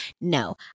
No